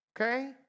okay